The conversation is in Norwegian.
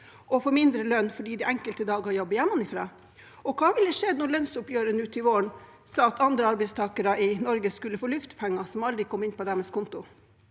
og få mindre i lønn fordi de enkelte dager jobber hjemmefra? Hva ville skjedd ved lønnsoppgjøret nå til våren om andre arbeidstakere i Norge skulle få luftpenger som aldri kom inn på konto?